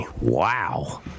wow